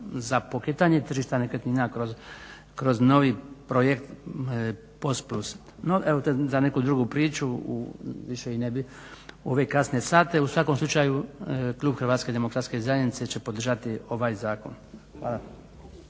za pokretanje tržišta nekretnina kroz novi projekt POS plus. No to je za neku drugu priču, više i ne bih u ove kasne sate. U svakom slučaju, klub HDZ-a će podržati ovaj zakon. Hvala.